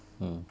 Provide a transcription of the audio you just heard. mm